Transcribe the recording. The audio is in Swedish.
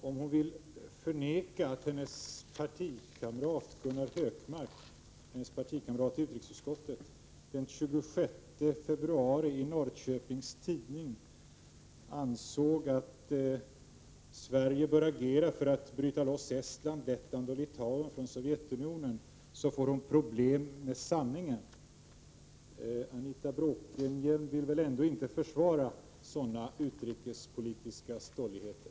Om hon vill förneka att hennes partikamrat i utrikesutskottet Gunnar Hökmark den 26 februari i Norrköpings Tidningar framförde åsikten att Sverige bör agera för att bryta loss Estland, Lettland och Litauen från Sovjetunionen får hon problem med sanningen. Anita Bråkenhielm vill väl ändå inte försvara sådana utrikespolitiska stolligheter?